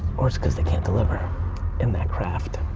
or it's cause they can't deliver in that craft.